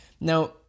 Now